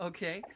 Okay